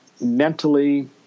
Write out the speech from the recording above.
mentally